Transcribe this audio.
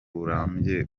burambye